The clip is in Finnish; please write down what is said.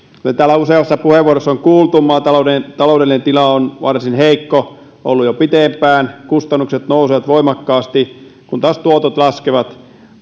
kuten täällä useassa puheenvuorossa on kuultu maatalouden taloudellinen tila on varsin heikko ollut jo pitempään kustannukset nousevat voimakkaasti kun taas tuotot laskevat